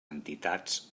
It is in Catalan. entitats